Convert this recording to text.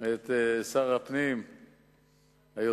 את שר הפנים היוצא,